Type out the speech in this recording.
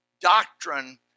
doctrine